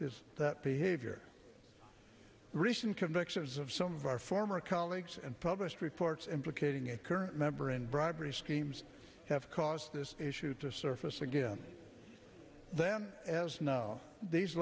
this that behavior recent convictions of some of our former colleagues and published reports implicating a current member in bribery schemes have caused this issue to surface again then as now these